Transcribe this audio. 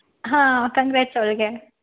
ಹಾಂ ಕಂಗ್ರಾಟ್ಸ್ ಅವ್ಳಿಗೆ